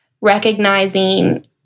recognizing